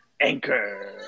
Anchor